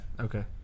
Okay